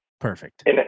perfect